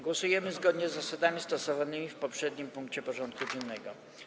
Głosujemy zgodnie z zasadami stosowanymi w poprzednim punkcie porządku dziennego.